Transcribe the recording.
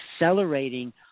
accelerating